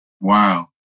Wow